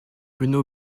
bruno